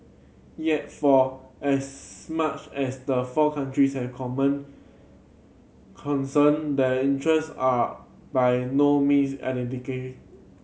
yet for as much as the four countries have common concern their interest are by no means identical